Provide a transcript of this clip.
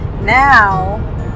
now